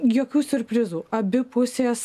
jokių siurprizų abi pusės